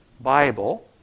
Bible